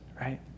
right